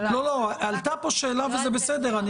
עלתה פה שאלה וזה בסדר.